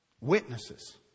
Witnesses